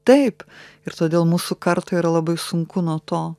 taip ir todėl mūsų kartai yra labai sunku nuo to